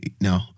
No